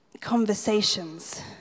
conversations